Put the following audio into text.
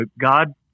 God